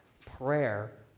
prayer